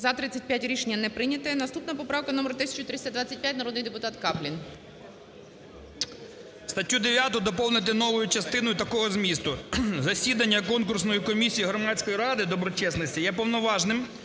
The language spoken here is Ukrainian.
За-35 Рішення не прийняте. Наступна поправка - номер 1325. Народний депутат Каплін. 11:24:27 КАПЛІН С.М. Статтю 9 доповнити новою частиною такого змісту: "Засідання конкурсної комісії Громадської ради доброчесності є повноважним,